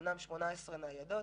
אמנם יש 18 ניידות,